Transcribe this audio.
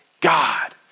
God